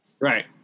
Right